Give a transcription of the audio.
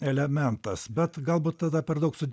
elementas bet galbūt tada per daug su